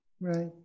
Right